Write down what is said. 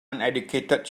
uneducated